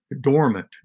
dormant